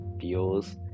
feels